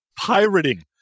pirating